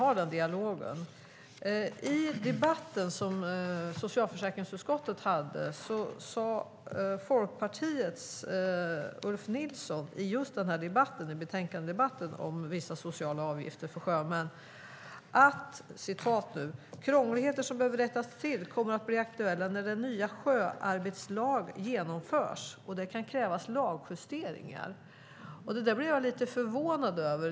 I den betänkandedebatt som socialförsäkringsutskottet hade om vissa sociala avgifter för sjömän sade Folkpartiets Ulf Nilsson att krångligheter som behöver rättas till kommer att bli aktuella när den nya sjöarbetslagen genomförs och att det kan krävas lagjusteringar. Jag blir lite förvånad.